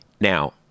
Now